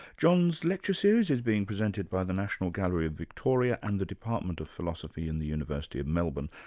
john's lecture series is being presented by the national gallery of victoria and the department of philosophy in the university of melbourne.